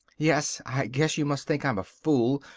yes. i guess you must think i'm a fool,